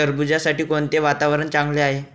टरबूजासाठी कोणते वातावरण चांगले आहे?